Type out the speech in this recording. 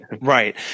Right